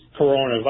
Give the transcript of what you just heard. coronavirus